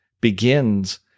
begins